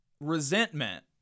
Resentment